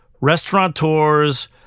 restaurateurs